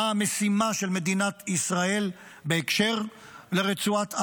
מה המשימה של מדינת ישראל בהקשר לרצועת עזה,